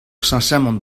cheñchamant